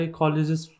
colleges